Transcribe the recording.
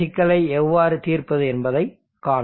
இந்த சிக்கலை எவ்வாறு தீர்ப்பது என்பதை காணலாம்